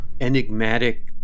enigmatic